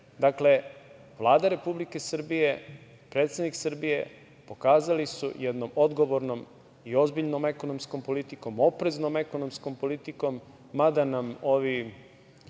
Dakle, Vlada Republike Srbije, predsednik Srbije pokazali su jednom odgovornom i ozbiljnom ekonomskom politikom, opreznom ekonomskom politikom, mada nam ovi,